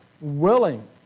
willing